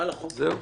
זהו?